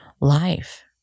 Life